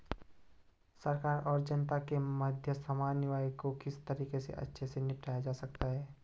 सरकार और जनता के मध्य समन्वय को किस तरीके से अच्छे से निपटाया जा सकता है?